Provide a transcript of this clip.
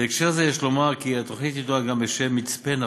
בהקשר זה יש לומר כי התוכנית ידועה גם בשם מצפה-נפתוח,